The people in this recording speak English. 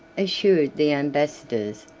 assured the ambassadors,